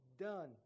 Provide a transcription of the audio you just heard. done